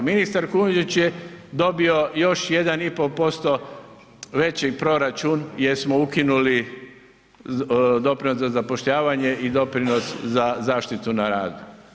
Ministar Kujundžić je dobio još 1,5% veći proračun jer smo ukinuli doprinos za zapošljavanje i doprinos za zaštitu na radu.